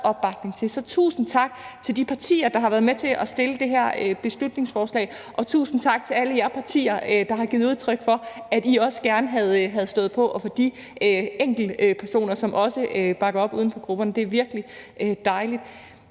opbakning til det. Så tusind tak til de partier, der har været med til at fremsætte det her beslutningsforslag, og tusind tak til alle jer partier, der har givet udtryk for, at I også gerne havde stået på det, og også til de enkeltpersoner uden for grupperne, som også bakker op. Det er virkelig dejligt.